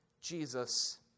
Jesus